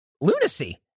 lunacy